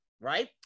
right